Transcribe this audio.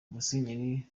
musenyeri